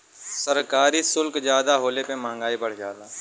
सरकारी सुल्क जादा होले पे मंहगाई बढ़ जाला